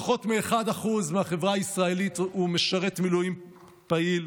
פחות מ-1% מהחברה הישראלית הוא משרת מילואים פעיל,